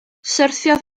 syrthiodd